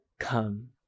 come